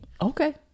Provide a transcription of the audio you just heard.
okay